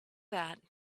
that